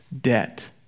debt